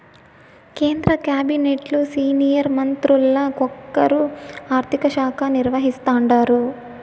కేంద్ర కాబినెట్లు సీనియర్ మంత్రుల్ల ఒకరు ఆర్థిక శాఖ నిర్వహిస్తాండారు